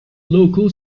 local